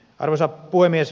arvoisa puhemies